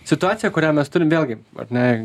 situacija kurią mes turim vėlgi ar ne